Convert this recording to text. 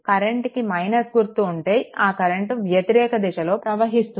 current కి - గుర్తు ఉంటే ఆ కరెంట్ వ్యతిరేక దిశలో ప్రవహిస్తుంది